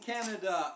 Canada